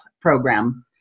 program